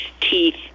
teeth